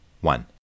one